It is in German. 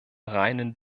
reinen